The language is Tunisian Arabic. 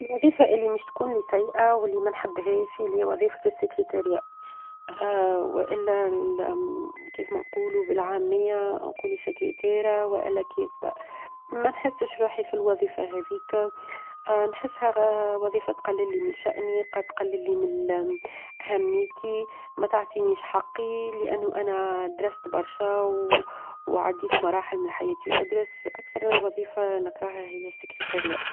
الوظيفة اللي مش تكون لي سيئة، واللي ما نحبهاش اللي هي وظيفة السكرتارية، والا كيف ما نقولو بالعامية نقولو سكرتيرة، ولا كاتبة، ما نحسش روحي في الوظيفة هاذيك نحسها وظيفة تقلل لي من شأني، قد تقلل لي من أهميتي، ما تعطينيش حقي لأنو أنا درست برشا، وعديت مراحل من حياتي أدرس، أكثر وظيفة نكرهها هي السكرتارية.